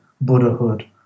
Buddhahood